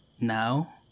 Now